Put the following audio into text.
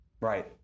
Right